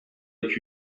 iki